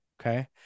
Okay